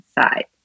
side